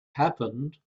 happened